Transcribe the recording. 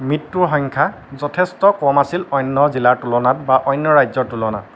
মৃত্যুৰ সংখ্যা যথেষ্ট কম আছিল অন্য জিলাৰ তুলনাত বা অন্য ৰাজ্যৰ তুলনাত